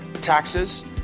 taxes